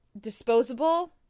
disposable